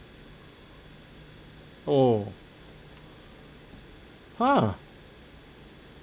oh !huh!